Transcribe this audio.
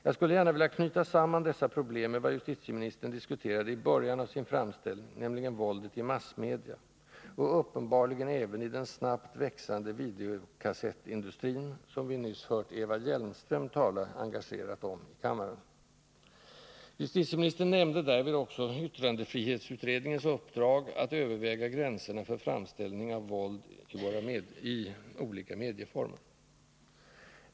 Jag skulle gärna vilja knyta samman dessa problem med vad justitieministern diskuterade i början av sin framställning, nämligen våldet i massmedia — och uppenbarligen även i den snabbt växande videokassettindustrin, som vi nyss hörde Eva Hjelmström tala engagerat om här i kammaren. Justitieministern nämnde därvid också yttrandefrihetsutredningens uppdrag att överväga gränserna för framställning av våld i olika mediaformer.